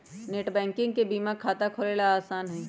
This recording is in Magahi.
नेटबैंकिंग से बीमा खाता खोलेला आसान हई